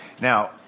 Now